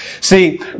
See